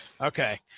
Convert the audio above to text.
Okay